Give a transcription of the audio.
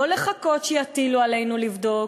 לא לחכות שיטילו עלינו לבדוק.